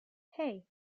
hey